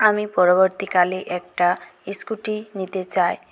আমি পরবর্তীকালে একটা স্কুটি নিতে চাই